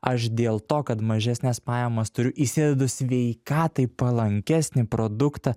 aš dėl to kad mažesnes pajamas turiu įsidedu sveikatai palankesnį produktą